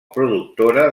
productora